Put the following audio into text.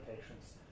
patients